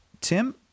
Tim